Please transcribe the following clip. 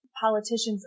politicians